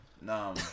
No